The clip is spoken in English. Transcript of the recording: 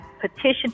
petition